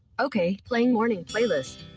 okay, playing morning playlist.